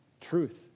truth